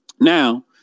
Now